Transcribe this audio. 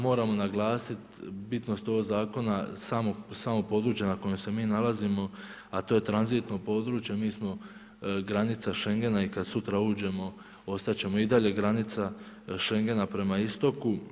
Moramo naglasiti bitnost ovog zakona samo područje na kome se mi nalazimo, a to je tranzitno područje, mi smo granica Schengena i kada sutra uđemo ostat ćemo i dalje granica Schengena prema istoku.